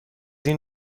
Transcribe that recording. این